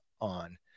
on